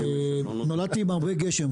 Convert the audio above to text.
נולדתי עם הרבה גשם,